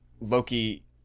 Loki